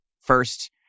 first